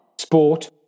sport